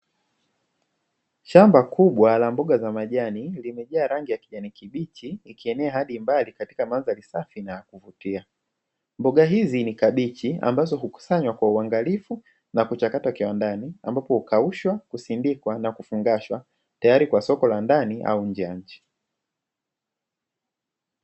Shamba kubwa la mboga za majani limejaa rangi ya kijani kibichi, likienea hadi mbali katika mandhari safi na ya kuvutia. Mboga hizi ni kabichi ambazo hukusanywa kwa uangalifu na kuchakatwa kiwandani ambapo hukaushwa, husindikwa, na kufungashwa, tayari kwa soko la ndani au nje ya nchi.